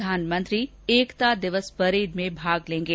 प्रधानमंत्री एकता दिवस परेड में भाग लेंगे